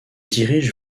dirige